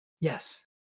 yes